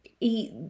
eat